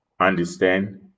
understand